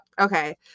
okay